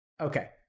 Okay